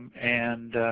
and